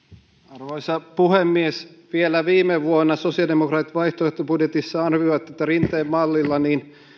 arvoisa puhemies vielä viime vuonna sosiaalidemokraatit vaihtoehtobudjetissaan arvioivat että rinteen mallilla